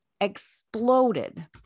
exploded